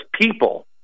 people